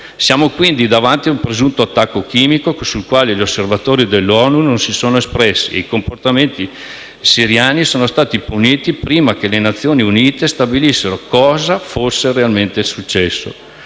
Siamo, quindi, davanti a un presunto attacco chimico sul quale gli osservatori dell'ONU non si sono espressi e i comportamenti siriani sono stati puniti prima che le Nazioni Unite stabilissero cosa fosse realmente successo.